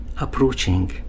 approaching